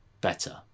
better